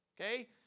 Okay